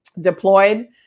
deployed